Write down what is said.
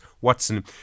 Watson